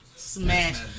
Smash